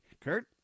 Kurt